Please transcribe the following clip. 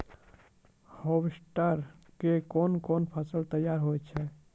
Harvester के कोन कोन फसल तैयार होय छै?